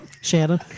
Shannon